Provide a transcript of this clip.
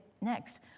next